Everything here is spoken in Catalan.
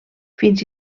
fins